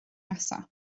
nesaf